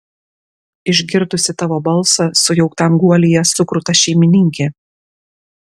išgirdusi tavo balsą sujauktam guolyje sukruta šeimininkė